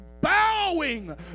bowing